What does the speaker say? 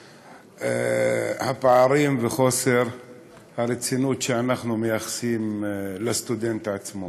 הפערים וחוסר הרצינות שאנחנו מייחסים לסטודנט עצמו.